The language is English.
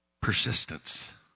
Persistence